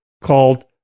called